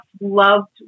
loved